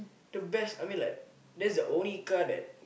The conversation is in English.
the best I mean like that's the only car that